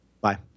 Bye